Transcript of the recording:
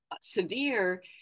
severe